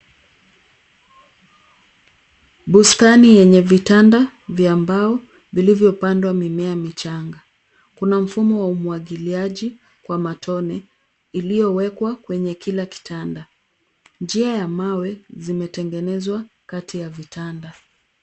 Bustani yenye vitanda vya mbao vilivyopandwa mimea michanga. Kuna mfumo wa umwagiliaji kwa matone iliyowekwa kwenye kila kitanda. Njia ya mawe zimetengenezwa kati ya vitanda.